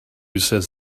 says